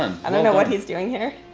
um i don't know what he's doing here.